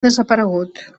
desaparegut